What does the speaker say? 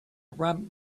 ramp